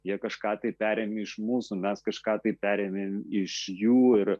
jie kažką tai perėmė iš mūsų mes kažką tai perėmėm iš jų ir